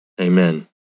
AMEN